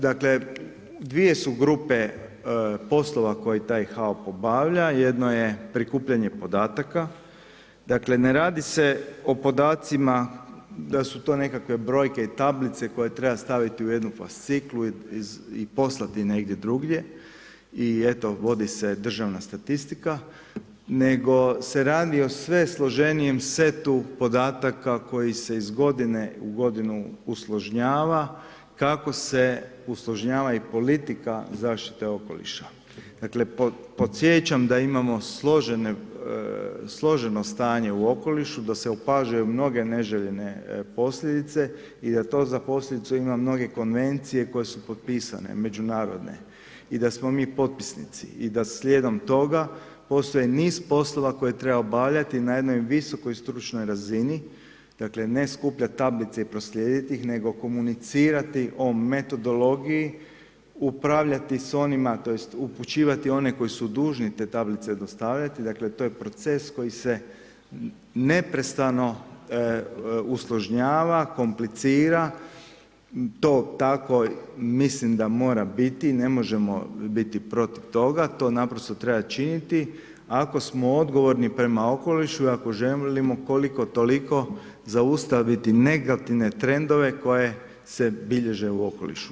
Dakle, dvije su grupe poslova koje taj HAOP obavlja, jedno je prikupljanje podataka, dakle, ne radi se o podacima da su nekakve brojke i tablice koje treba staviti u jednu fasciklu i poslati negdje drugdje i eto vodi se državna statistika nego se radi o sve složenijem setu podataka koji se iz godine u godinu uslužnjava kako se uslužnjava i politika zaštite okoliša, dakle podsjećam da imamo složeno stanje u okolišu da se opažaju mnoge neželjene posljedice jer to za posljedicu ima mnoge konvencije koje su potpisane, međunarodne i da smo mi potpisnici i da slijedom toga postoji niz poslova koje treba obavljati na jednoj visokoj stručnoj razini, dakle ne skupljati tablice i proslijedit ih nego komunicirati o metodologiji, upravljati s onima tj. upućivati one koji su dužni te tablice dostavljati dakle, to je proces koji se neprestano uslužnjava, komplicira to tako mislim da mora biti ne možemo biti protiv toga to naprosto treba činiti ako smo odgovorni prema okolišu i ako želimo koliko toliko zaustaviti negativne trendove koje se bilježe u okolišu.